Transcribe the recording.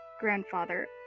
grandfather